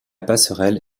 passerelle